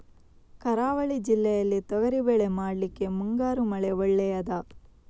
ಕರಾವಳಿ ಜಿಲ್ಲೆಯಲ್ಲಿ ತೊಗರಿಬೇಳೆ ಮಾಡ್ಲಿಕ್ಕೆ ಮುಂಗಾರು ಮಳೆ ಒಳ್ಳೆಯದ?